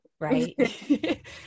Right